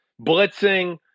blitzing